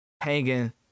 hanging